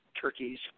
turkeys